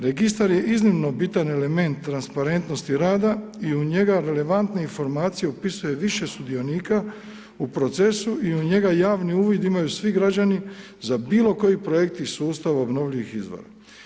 Registar je iznimno bitan element transparentnosti rada i u njega relevantne informacije upisuje više sudionika u procesu i u njega javni uvid imaju svi građani za bilokoji projektni sustav obnovljivih izvora.